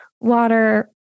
water